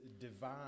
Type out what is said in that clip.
divine